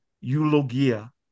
eulogia